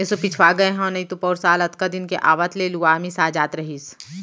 एसो पिछवा गए हँव नइतो पउर साल अतका दिन के आवत ले लुवा मिसा जात रहिस